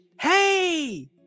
hey